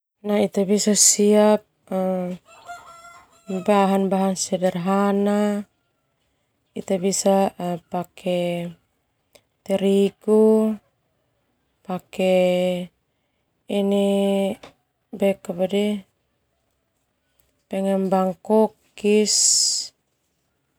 Ita bisa siap bahan bahan sederhana ita bisa pake terigu ita bisa pake pengembang kokis.